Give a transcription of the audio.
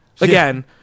again